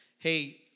Hey